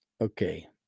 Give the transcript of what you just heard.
Okay